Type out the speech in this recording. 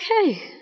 okay